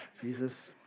Jesus